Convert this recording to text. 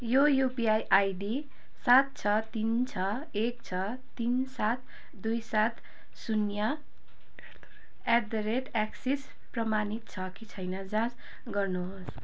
यो UPI ID सात छ तिन छ एक छ तिन सात दुई सात शून्य एट द रेट एक्सिस प्रमाणित छ कि छैन जाँच गर्नुहोस्